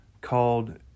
called